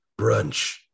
brunch